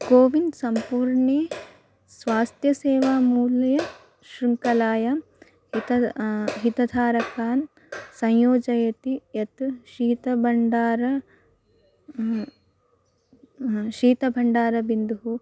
CoWIN सम्पूर्णे स्वास्थ्यसेवा मूले शृङ्खलायां हितद् हितधारकान् संयोजयति यत् शीतभण्डारः शीतभण्डारबिन्दुः